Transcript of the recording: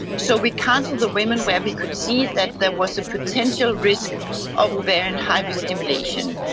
so we cancelled the women where we could see that there was a potential risk of ovarian hyperstimulation.